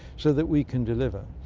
so that we can deliver.